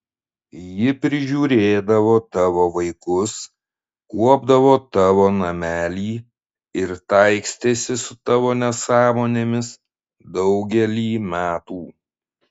ji prižiūrėdavo tavo vaikus kuopdavo tavo namelį ir taikstėsi su tavo nesąmonėmis daugelį metų